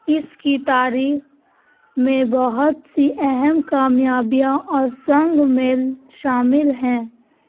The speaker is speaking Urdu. اس کی تاریخ میں بہت سی اہم کامیابیاں اور سنگ مل شامل ہیں